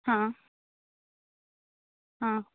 हा आ